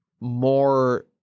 more